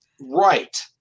Right